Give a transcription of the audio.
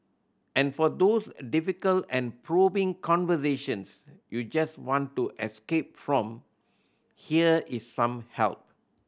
and for those difficult and probing conversations you just want to escape from here is some help